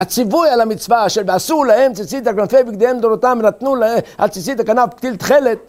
הציווי על המצווה אשר ועשו להם ציצית על כנפי בגדיהם לדורותם ונתנו, להם, על ציצית הכנף פתיל תכלת